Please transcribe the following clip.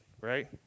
right